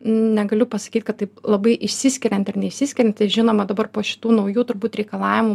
negaliu pasakyt kad taip labai išsiskirianti ir neišsiskirianti žinoma dabar po šitų naujų turbūt reikalavimų